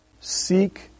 Seek